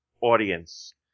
audience